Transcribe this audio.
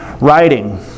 writing